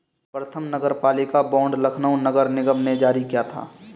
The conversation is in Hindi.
प्रथम नगरपालिका बॉन्ड लखनऊ नगर निगम ने जारी किया था